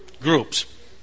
groups